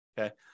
okay